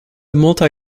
multi